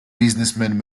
businessmen